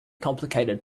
complicated